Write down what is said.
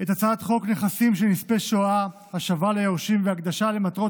את הצעת חוק נכסים של נספי השואה (השבה ליורשים והקדשה למטרות